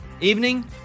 Evening